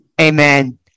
amen